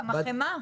גם החמאה?